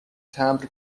تمبر